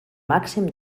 màxim